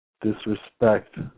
disrespect